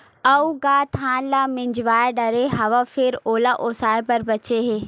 अउ गा धान ल मिजवा डारे हव फेर ओला ओसाय बर बाचे हे